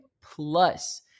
plus